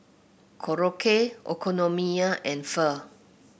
Korokke Okonomiyaki and Pho